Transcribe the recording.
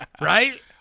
right